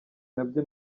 nabyo